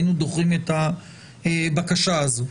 היינו דוחים את הבקשה הזאת.